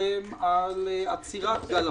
שלכם על עצירת גל הפיטורים?